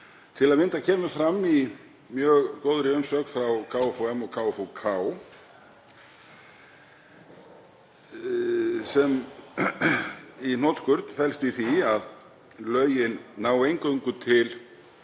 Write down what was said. til að mynda kemur fram í mjög góðri umsögn frá KFUM og KFUK, sem í hnotskurn felst í því að lögin nái eingöngu til